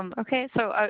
um okay. so